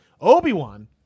Obi-Wan